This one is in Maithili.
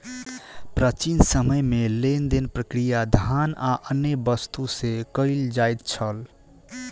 प्राचीन समय में लेन देन प्रक्रिया धान आ अन्य वस्तु से कयल जाइत छल